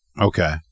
Okay